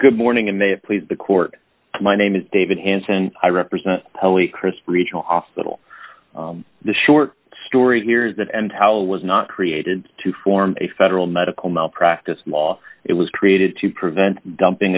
good morning and may have please the court my name is david hanson i represent crisp regional hospital the short story here is that and how was not created to form a federal medical malpractise law it was created to prevent dumping